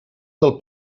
del